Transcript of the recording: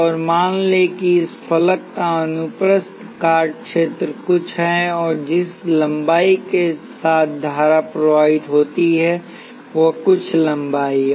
और मान लें कि इस फलक का अनुप्रस्थ काट क्षेत्र कुछ है और जिस लंबाई के साथ धारा प्रवाहित होती है वह कुछ लंबाई है